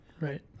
Right